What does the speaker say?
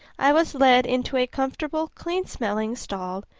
i was led into a comfortable, clean-smelling stall,